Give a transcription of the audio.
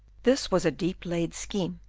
this was a deep-laid scheme,